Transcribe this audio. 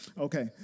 Okay